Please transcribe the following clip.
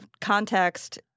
context